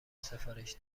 سفارش